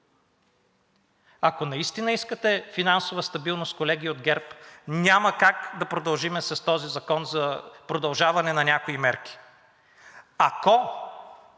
Ако наистина искате финансова стабилност, колеги от ГЕРБ, няма как да продължим с този Закон за продължаване на някои мерки. Ако